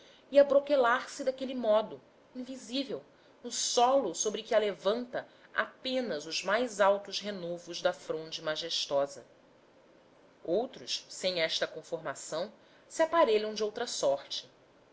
e abroquelar se daquele modo invisível no solo sobre que alevanta apenas os mais altos renovos da fronde majestosa outros sem esta conformação se aparelham de outra sorte